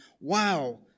wow